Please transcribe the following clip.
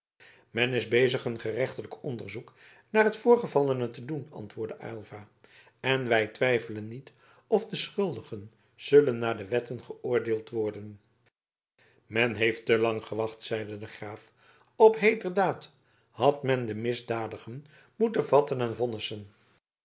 men is bezig een gerechtelijk onderzoek naar het voorgevallene te doen antwoordde aylva en wij twijfelen niet of de schuldigen zullen naar de wetten geoordeeld worden men heeft te lang gewacht zeide de graaf op heeter daad had men de misdadigen moeten vatten en vonnissen